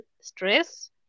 stress